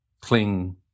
cling